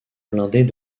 blindés